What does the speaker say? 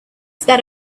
that